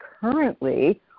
currently